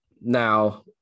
now